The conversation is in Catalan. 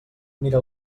mira